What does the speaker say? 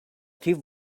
thief